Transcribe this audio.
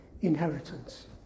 inheritance